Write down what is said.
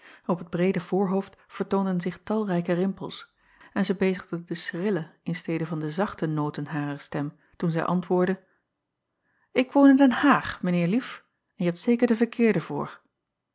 op het breede voorhoofd vertoonden zich talrijke rimpels en zij bezigde de schrille in stede van de zachte noten harer stem toen zij antwoordde k woon in den aag mijn eer en je hebt zeker de verkeerde voor